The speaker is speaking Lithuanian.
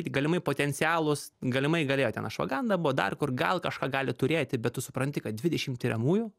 galimai potencialūs galimai galėjo ten ašvaganda buvo dar kur gal kažką gali turėti bet tu supranti kad dvidešimt tiriamųjų